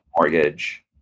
Mortgage